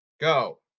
Go